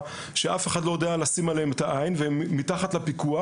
שאף אחד לא יודע לשים עליהם את העין והם מתחת לפיקוח.